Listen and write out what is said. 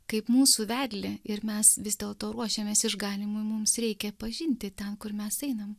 kaip mūsų vedlį ir mes vis dėlto ruošiamės išganymui mums reikia pažinti ten kur mes einam